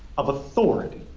of authority.